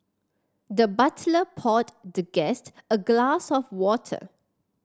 the butler poured the guest a glass of water